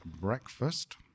breakfast